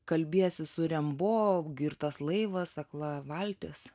kalbiesi su rembo girtas laivas akla valtis